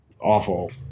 awful